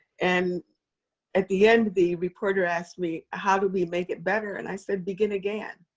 and at the end, the reporter asked me, how do we make it better and i said, begin again.